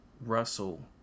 Russell